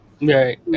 Right